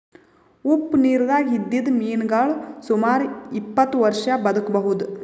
ಉಪ್ಪ್ ನಿರ್ದಾಗ್ ಇದ್ದಿದ್ದ್ ಮೀನಾಗೋಳ್ ಸುಮಾರ್ ಇಪ್ಪತ್ತ್ ವರ್ಷಾ ಬದ್ಕಬಹುದ್